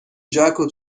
جاکوب